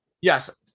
Yes